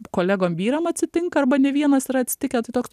kolegom vyram atsitinka arba ne vienas yra atsitikę tai toks